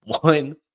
one